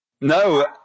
No